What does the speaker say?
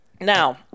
Now